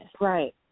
Right